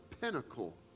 pinnacle